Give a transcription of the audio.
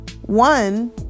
one